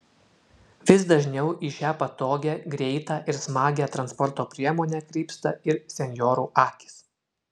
vis dažniau į šią patogią greitą ir smagią transporto priemonę krypsta ir senjorų akys